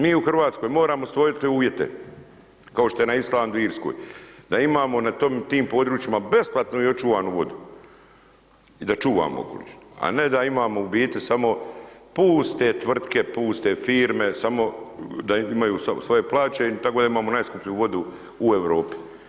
Mi u Hrvatskoj moramo stvoriti uvjete kao što je na Islandu, Irskoj, da imamo na tim područjima besplatnu i očuvanu vodu, da čuvamo okoliš a ne da imamo u biti samo puste tvrtke, puste firme, samo da imaju svoje plaće tako da imamo najskuplju vodu Europi.